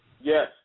Yes